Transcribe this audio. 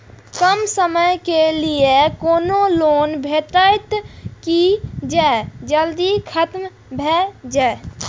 कम समय के लीये कोनो लोन भेटतै की जे जल्दी खत्म भे जे?